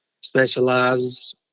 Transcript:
specializes